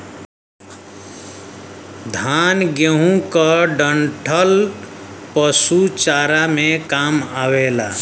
धान, गेंहू क डंठल पशु चारा में काम आवेला